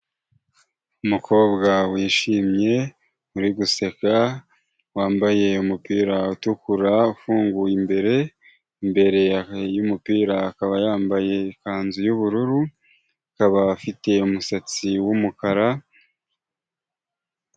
Umukobwa wishimye uri guseka, wambaye umupira utukura ufunguye imbere, imbere y'umupira akaba yambaye ikanzu y'ubururu, akaba afite umusatsi w'umukara.